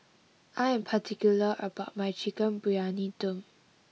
I am particular about my Chicken Briyani Dum